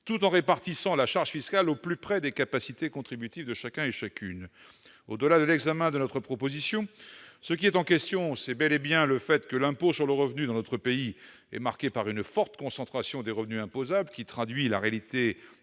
tout en répartissant la charge fiscale au plus près des capacités contributives de chacun et chacune. Au-delà de l'examen de notre proposition, ce qui est en question, c'est bel et bien le fait que l'impôt sur le revenu, dans notre pays, est marqué par une forte concentration des revenus imposables, qui traduit la réalité